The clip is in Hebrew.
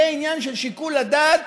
זה יהיה עניין של שיקול הדעת